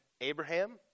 Abraham